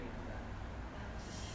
like extra